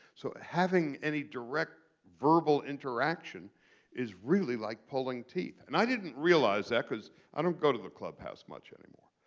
so having any direct verbal interaction is really like pulling teeth. and i didn't realize that because i don't go to the club house much anymore.